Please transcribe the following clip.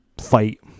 fight